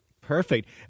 perfect